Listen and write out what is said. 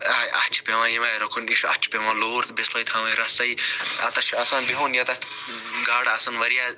اَتھ چھُ پیٚوان ییٚمہِ آیہِ رُکُن یہِ چھُ اَتھ چھِ پیٚوان لوٗر تہِ بِسلٲے پیٚوان تھاوٕنۍ رَسٕے اَتیٚتھ چھُ آسان بیہُن ییٚتیٚتھ گاڈٕ آسَن واریاہ